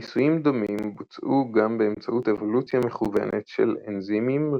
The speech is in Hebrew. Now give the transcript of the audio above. ניסויים דומים בוצעו גם באמצעות אבולוציה מכוונת של אנזימים,